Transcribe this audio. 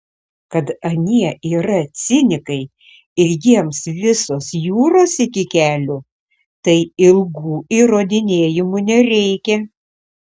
kad anie yra cinikai ir jiems visos jūros iki kelių tai ilgų įrodinėjimų nereikia